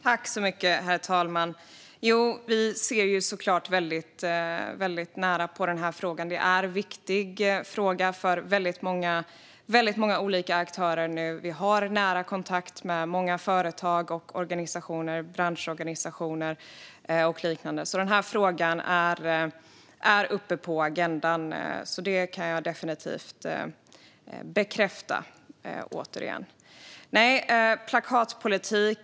Herr talman! Vi ser såklart väldigt nära på frågan, för detta är en viktig fråga för många olika aktörer. Vi har nära kontakt med många företag och organisationer, branschorganisationer och liknande. Frågan är alltså uppe på agendan nu; det kan jag definitivt återigen bekräfta.